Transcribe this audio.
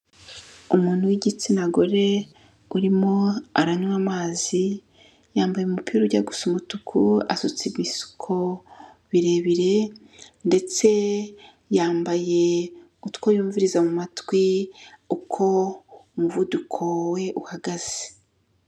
Umuntu w'igitsina gore urimo aranywa amazi, yambaye umupira ujya gusa umutuku asutse ibisuko birebire ndetse yambaye utwo yumviriza mu matwi uko umuvuduko we uhagaze.